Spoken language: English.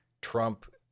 Trump